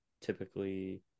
typically